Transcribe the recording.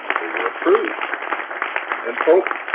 they were approved and pope